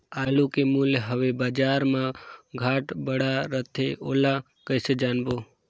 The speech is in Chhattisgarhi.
आलू के मूल्य हवे बजार मा घाट बढ़ा रथे ओला कइसे जानबो?